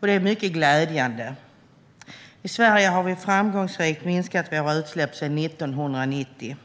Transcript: Det är mycket glädjande. I Sverige har vi framgångsrikt minskat våra utsläpp sedan 1990.